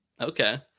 Okay